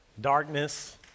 Darkness